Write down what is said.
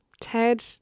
ted